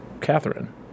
Catherine